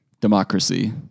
democracy